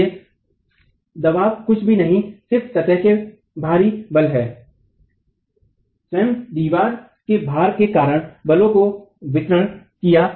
इसलिए दबाव कुछ भी नहीं सिर्फ सतह के बाहरी बल है स्वयं दीवार के भार के कारण बलों को वितरित किया